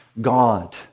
God